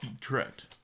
correct